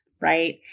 right